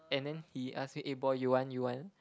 and then he ask me eh boy you want you want